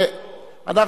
אורון.